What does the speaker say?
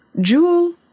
Jewel